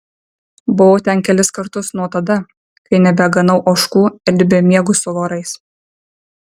buvau ten kelis kartus nuo tada kai nebeganau ožkų ir nebemiegu su vorais